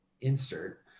insert